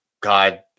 god